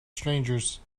strangers